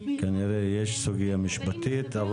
כנראה שיש סוגיה משפטית.